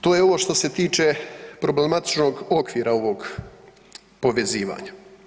To je ovo što se tiče problematičnog okvira ovog povezivanja.